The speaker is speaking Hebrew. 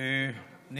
כך כתוב.